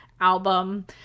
album